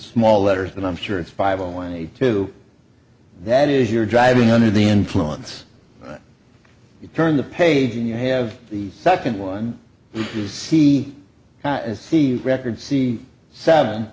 small letters that i'm sure it's five on a two that is you're driving under the influence you turn the page and you have the second one is see that is the record see seven